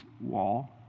wall